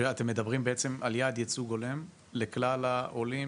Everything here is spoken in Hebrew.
אתם מדברים בעצם על יעד ייצוג הולם לכלל העולים?